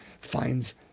finds